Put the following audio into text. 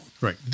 right